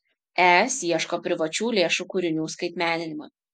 es ieško privačių lėšų kūrinių skaitmeninimui